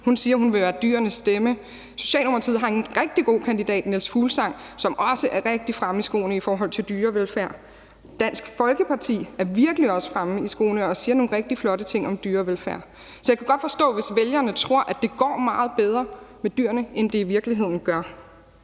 siger, at hun vil være dyrenes stemme. Socialdemokraterne har en rigtig god kandidat, Niels Fuglsang, som også er rigtig meget fremme i skoene i forhold til dyrevelfærd. Dansk Folkeparti er virkelig også fremme i skoene og siger nogle rigtig flotte ting om dyrevelfærd. Så jeg kan godt forstå, hvis vælgerne tror, at det går meget bedre med dyrene, end det i virkeligheden gør.